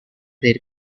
their